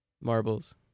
marbles